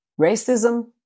Racism